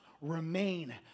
remain